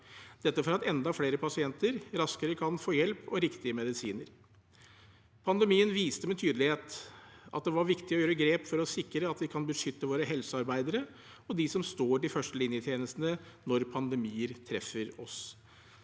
dette for at enda flere pasienter raskere kan få hjelp og riktige medisiner. Pandemien viste med tydelighet at det var viktig å ta grep for å sikre at vi kan beskytte våre helsearbeidere og de som står i førstelinjetjenestene, når pandemier treffer oss.